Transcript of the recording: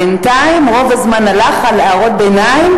בינתיים רוב הזמן הלך על הערות ביניים